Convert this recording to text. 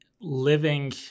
living